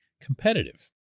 competitive